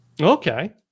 Okay